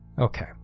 Okay